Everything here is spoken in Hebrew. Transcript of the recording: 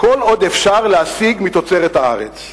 כל עוד אפשר להשיג מתוצרת הארץ.